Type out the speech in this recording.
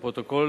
לפרוטוקול,